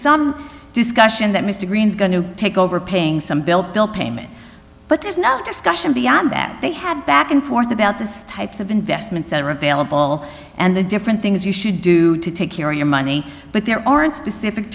some discussion that mr green's going to take over paying some bill bill payment but there's no discussion beyond that they have back and forth about this types of investments that are available and the different things you should do to take your money but there aren't specific